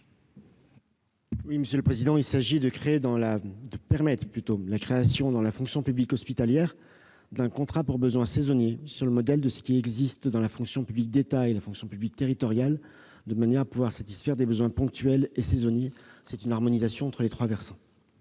Nous proposons de permettre la création dans la fonction publique hospitalière d'un contrat pour besoins saisonniers, sur le modèle du dispositif en vigueur dans la fonction publique de l'État et la fonction publique territoriale, de manière à pouvoir satisfaire des besoins ponctuels et saisonniers. Il s'agit d'une harmonisation entre les trois versants